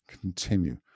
continue